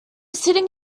sitting